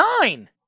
Nine